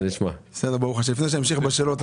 בשאלות,